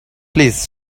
please